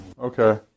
Okay